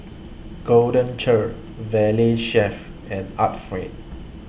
Golden Churn Valley Chef and Art Friend